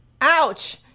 ouch